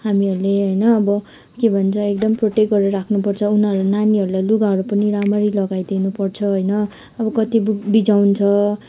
हामीहरूले होइन अब के भन्छ एकदम प्रोटेक्ट गरेर राख्रुपर्छ उनीहरूलाई नानीहरूलाई लुगाहरू राम्ररी लगाइदिनुपर्छ होइन कति बिझाउँछ